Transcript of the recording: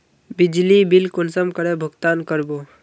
बिजली बिल कुंसम करे भुगतान कर बो?